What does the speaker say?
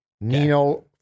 nino